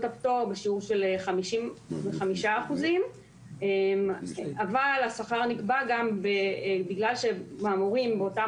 הפטור בשיעור של 55%. אבל השכר נקבע גם בגלל שהמורים באותם